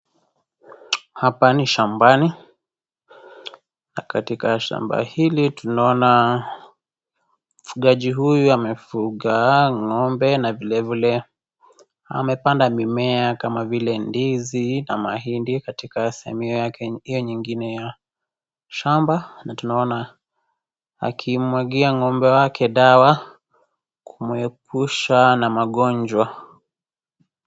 Hapa ni shambani, na katika shamba hili tunaona mfugaji huyu amefunga ng'ombe, na vile vile amepanda mimea kama vile ndizi na mahindi katika sehemu yake hiyo nyingine ya shamba. Na tunaona amepanda na tunaona akimwagia ng'ombe wake dawa, kumuepusha na magonjwa.